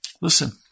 Listen